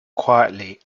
quietly